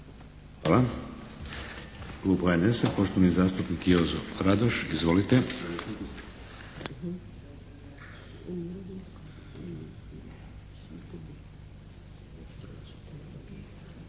Hvala. Klub HNS-a poštovani zastupnik Jozo Radoš. Izvolite!